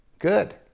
good